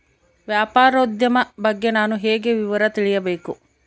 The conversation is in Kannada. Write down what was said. ವ್ಯಾಪಾರೋದ್ಯಮ ಬಗ್ಗೆ ನಾನು ಹೇಗೆ ವಿವರ ತಿಳಿಯಬೇಕು?